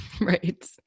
Right